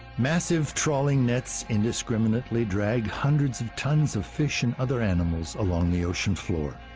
massive trolling nets indiscriminately drag hundreds of tons of fish and other animals along the ocean floor.